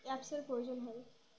অ্যাপসের প্রয়োজন হয়